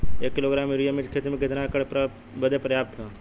एक kilogram urea मिर्च क खेती में कितना एकड़ बदे पर्याप्त ह?